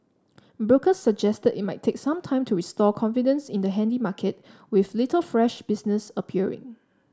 brokers suggested it might take some time to restore confidence in the handy market with little fresh business appearing